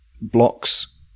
blocks